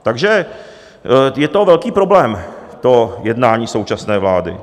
Takže je to velký problém, to jednání současné vlády.